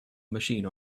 machine